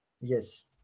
Yes